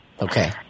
Okay